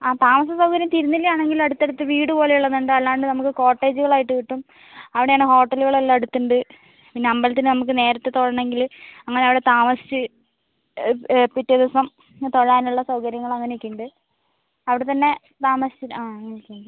അതെ താമസ്സസൗകര്യം തിരുനെല്ലി ആണെങ്കിൽ അടുത്തടുത്ത് വീട് പോലെയുള്ളതുണ്ട് അല്ലാണ്ട് നമുക്ക് കോട്ടേജുകളായിട്ട് കിട്ടും അവിടെയാണ് ഹോട്ടലുകൾ എല്ലാം അടുത്തുണ്ട് പിന്നെ അമ്പലത്തില് നമുക്ക് നേരത്തെ തൊഴണെങ്കിൽ നമ്മളവിടെ താമസിച്ച് പിറ്റേ ദിവസം തൊഴാനുള്ള സൗകര്യങ്ങൾ അങ്ങനെയൊക്കെ ഉണ്ട് അവിടെത്തന്നെ താമസിച്ചു അങ്ങനെയൊക്കെ ഉണ്ട്